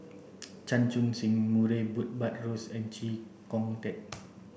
Chan Chun Sing Murray Buttrose and Chee Kong Tet